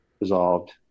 resolved